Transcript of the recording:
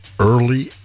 early